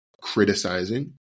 criticizing